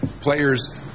players